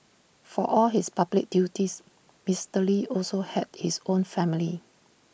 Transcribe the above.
for all his public duties Mister lee also had his own family